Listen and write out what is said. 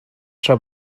tra